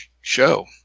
show